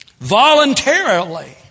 voluntarily